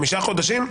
חמישה חודשים?